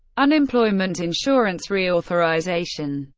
unemployment insurance reauthorization,